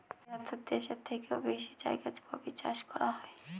তেহাত্তর দেশের থেকেও বেশি জায়গায় কফি চাষ করা হয়